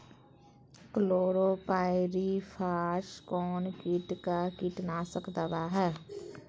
Chlorpyrifos कौन किट का कीटनाशक दवा है?